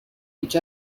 each